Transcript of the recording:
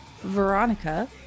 Veronica